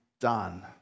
done